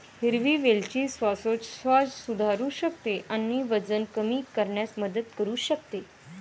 हिरवी वेलची श्वासोच्छवास सुधारू शकते आणि वजन कमी करण्यास मदत करू शकते